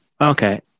Okay